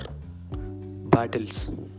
battles